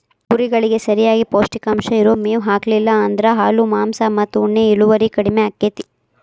ಕುರಿಗಳಿಗೆ ಸರಿಯಾಗಿ ಪೌಷ್ಟಿಕಾಂಶ ಇರೋ ಮೇವ್ ಹಾಕ್ಲಿಲ್ಲ ಅಂದ್ರ ಹಾಲು ಮಾಂಸ ಮತ್ತ ಉಣ್ಣೆ ಇಳುವರಿ ಕಡಿಮಿ ಆಕ್ಕೆತಿ